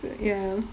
so ya